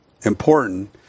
important